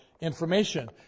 information